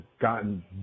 gotten